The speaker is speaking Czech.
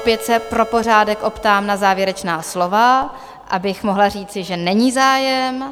Opět se pro pořádek optám na závěrečná slova, abych mohla říci, že není zájem?